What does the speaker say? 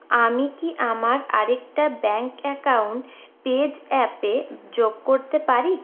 আমি কি আমার আরেকটা ব্যাংক অ্যাকাউন্ট পেজ্যাপ এ যোগ করতে পারি